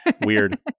Weird